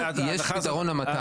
יש פתרון למט"ש.